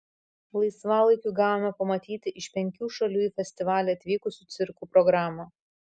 laisvalaikiu gavome pamatyti iš penkių šalių į festivalį atvykusių cirkų programą